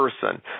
person